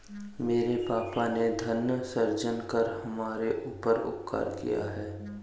मेरे पापा ने धन सृजन कर हमारे ऊपर उपकार किया है